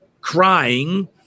crying